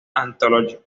anthology